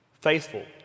faithful